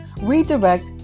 Redirect